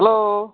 hello